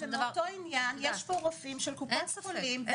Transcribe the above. יש פה רופאים של קופת חולים.